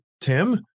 Tim